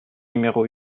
numéro